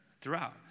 throughout